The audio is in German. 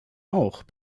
auch